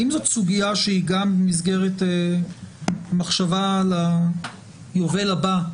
האם זאת סוגיה שהיא גם במסגרת המחשבה על היובל הבא?